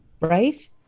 Right